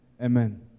Amen